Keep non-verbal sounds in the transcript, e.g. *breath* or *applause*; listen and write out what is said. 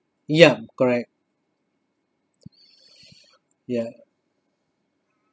ya correct *breath* ya